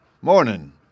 Morning